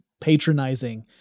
patronizing